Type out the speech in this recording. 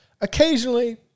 Occasionally